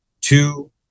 Two